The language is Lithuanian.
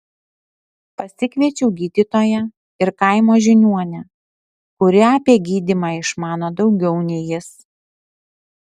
pasikviečiau gydytoją ir kaimo žiniuonę kuri apie gydymą išmano daugiau nei jis